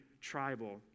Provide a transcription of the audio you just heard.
tribal